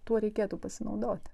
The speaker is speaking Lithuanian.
tuo reikėtų pasinaudoti